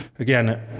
Again